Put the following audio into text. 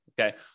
Okay